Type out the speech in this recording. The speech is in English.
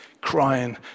Crying